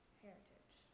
heritage